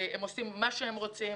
שהם עושים מה שהם רוצים,